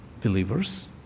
believers